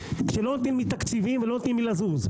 כשלא נותנים לי תקציבים ולא נותנים לי לזוז?